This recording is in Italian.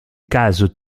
caso